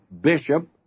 bishop